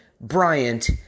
Bryant